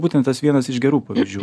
būtent tas vienas iš gerų pavyzdžių